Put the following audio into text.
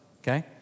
okay